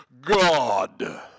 God